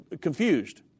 confused